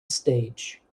stage